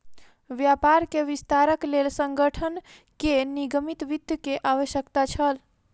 व्यापार के विस्तारक लेल संगठन के निगमित वित्त के आवश्यकता छल